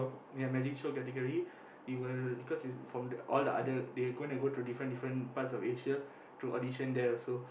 ya magic show category we will because is from all the other they going to go through different different part of Asia to audition there also